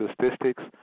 statistics